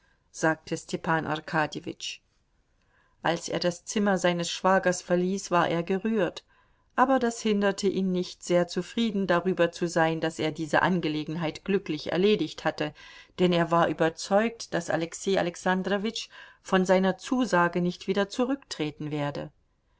sagte stepan arkadjewitsch als er das zimmer seines schwagers verließ war er gerührt aber das hinderte ihn nicht sehr zufrieden darüber zu sein daß er diese angelegenheit glücklich erledigt hatte denn er war überzeugt daß alexei alexandrowitsch von seiner zusage nicht wieder zurücktreten werde